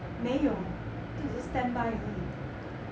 没有这只是 standby 而已